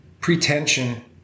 pretension